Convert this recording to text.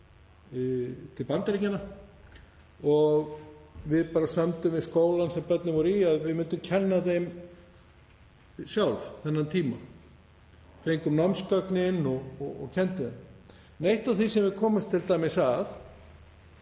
til Bandaríkjanna og við bara sömdum við skólann sem börnin voru í um að við myndum kenna þeim sjálf þennan tíma, fengum námsgögnin og kenndum þeim. Eitt af því sem við komumst t.d. að